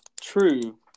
True